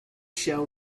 shall